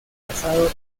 pasado